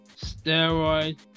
Steroid